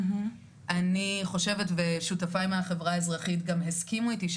אני חושבת ושותפיי מהחברה האזרחית גם הסכימו איתי,